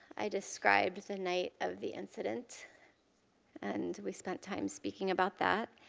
i described the night of the incident and we spent time speaking about that.